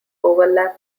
overlap